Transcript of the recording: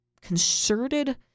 concerted